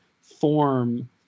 form